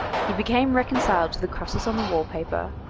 he became reconciled to the crosses on the wall-paper,